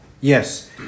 Yes